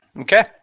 Okay